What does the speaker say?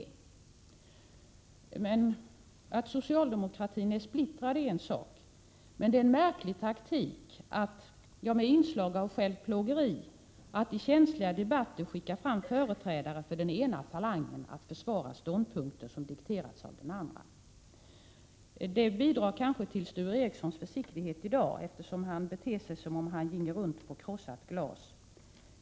Att socialdemokratin är splittrad är en sak, men det är en märklig taktik att, med inslag av självplågeri, i känsliga debatter skicka fram företrädare för den ena falangen för att försvara ståndpunkter som dikterats av den andra. Det bidrar kanske till Sture Ericsons försiktighet i dag, eftersom han beter sig som om han ginge runt på krossat glas.